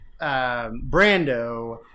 Brando